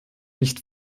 nicht